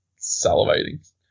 salivating